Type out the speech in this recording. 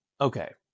okay